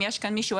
אם יש כאן מישהו,